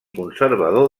conservador